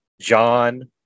john